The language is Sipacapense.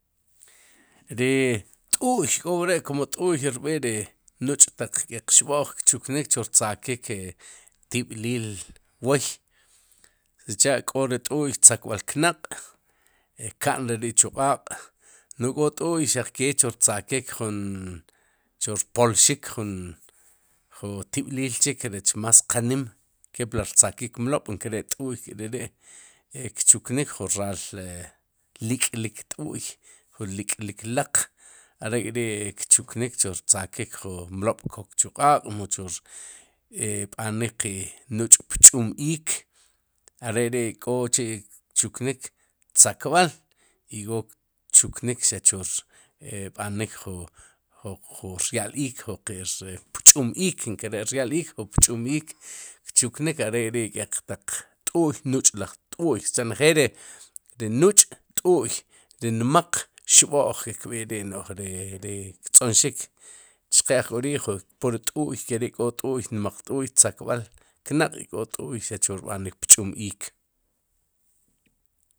Ri t'u'y k'o wre' kum t'u'rb'i ri nuch'taq xb'o'x ri ki'chuknik chu rtzakik e rtib'liil wooy sicha'k'o ri t'u'y tzakb'al knaq' ka'n re ri chu q'aaq' nu'j k'o t'u'y xaq ke chu rtzakik jun chu rpolxik, jun tib'liil chik, rech más qa nim kepli rtzakik mlob' nkere't'u'y k'reri' e kchuknik jun raal lik'lik t'u'y jun lik'lik laq are' kchuknik chu rtzakik jun mlob' kok chu q'a'q' mu chu rb'anik qe nuch'pch'um iik are ri k'o chi' kchuknik, tzakb'al i k'o kchuknik xaq chu e rb'anik ju ju rya'l iik ju qer pch'um iik inkare'rya'l iik ju pch'um iik kchuknik are ri k'eq taq t'u'y nuch'laj t'u'y sichá njeel ri nuch' t'u'y ri nmaq xb'oj ke kb'i'ri' no'j ri ktz'onxik chqe ojk'ri pur t'u'y keri' k'o t'u'y nmaq t'u'y tzakb'al knaq' y k'o t'u'y xaq chu rb'anik pch'um iik.